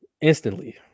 Instantly